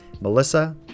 Melissa